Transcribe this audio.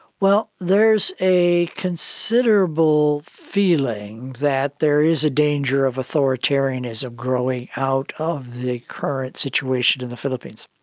well, there is a considerable feeling that there is a danger of authoritarianism growing out of the current situation in the philippines.